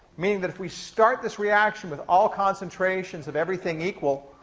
meaning that, if we start this reaction with all concentrations of everything equal,